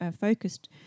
focused